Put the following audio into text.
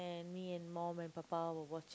and me and mum and papa were watching